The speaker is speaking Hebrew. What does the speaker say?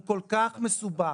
הוא כל כך מסובך,